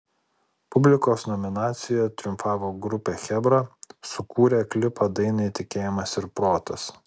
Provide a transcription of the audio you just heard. publikos nominacijoje triumfavo grupė chebra sukūrę klipą dainai tikėjimas ir protas